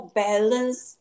balance